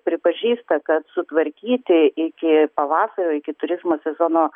pripažįsta kad sutvarkyti iki pavasario iki turizmo sezono